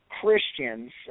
Christians